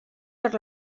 per